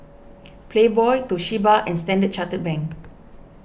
Playboy Toshiba and Standard Chartered Bank